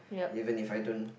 even if I don't